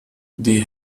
die